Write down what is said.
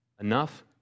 Enough